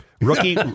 Rookie